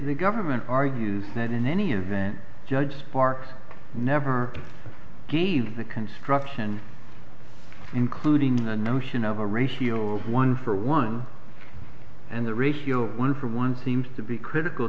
the government argues that in any event judge sparks never gave the construction including the notion of a ratio of one for one and the ratio one for one seems to be critical